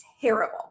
terrible